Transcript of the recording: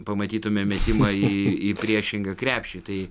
pamatytume metimą į priešingą krepšį tai